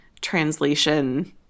translation